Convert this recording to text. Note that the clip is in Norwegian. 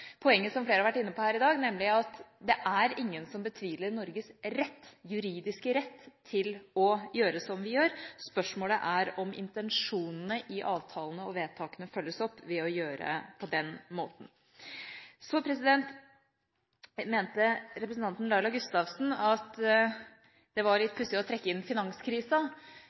poenget som flere har vært inne på her i dag, nemlig at det er ingen som betviler Norges juridiske rett til å gjøre som vi gjør. Spørsmålet er om intensjonene i avtalene og vedtakene følges opp ved å gjøre det på den måten. Så mente representanten Laila Gustavsen at det var litt pussig å trekke inn finanskrisa.